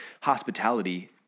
hospitality